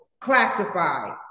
classified